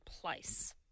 place